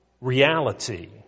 reality